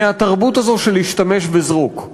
מהתרבות הזו של "השתמש וזרוק",